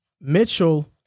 Mitchell